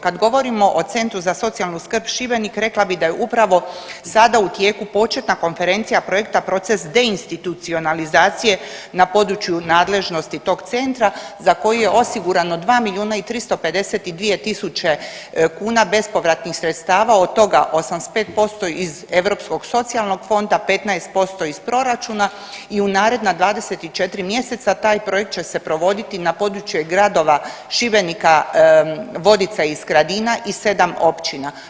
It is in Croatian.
Kad govorimo o Centru za socijalnu skrb Šibenik rekla bi da je upravo sada u tijeku početna konferencija projekta proces deinstitucionalizacije na području nadležnosti tog centra za koji je osigurano 2 milijuna i 352 tisuće kuna bespovratnih sredstava, od toga 85% iz Europskog socijalnog fonda, 15% iz proračuna i u naredna 24 mjeseca taj projekt će se provoditi na području gradova Šibenika, Vodica i Skradina i 7 općina.